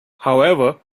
however